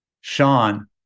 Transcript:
Sean